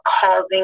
causing